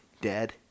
dad